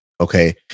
okay